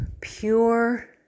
pure